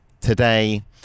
today